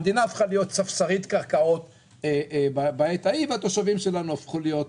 המדינה הפכה להיות ספסרית קרקעות בעת ההיא והתושבים שלנו הפכו להיות,